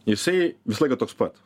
jisai visą laiką toks pat